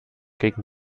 gegen